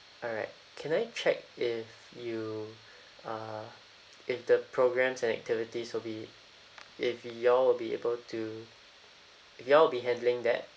alright can I check if you uh if the programmes and activities will be if y'all will be able to if y'all will be handling that